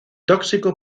tóxico